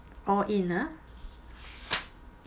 all in ah